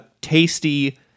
tasty